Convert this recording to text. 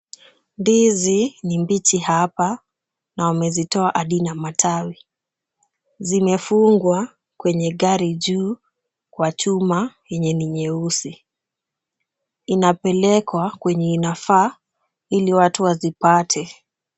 Ndizi ni mbichi hapa na wamezitoa hadi na matawi. Zimefungwa kwenye gari juu kwa chuma yenye ni nyeusi. Inapelekwa kwenye inafaa ili watu wazipate.